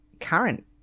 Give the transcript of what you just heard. current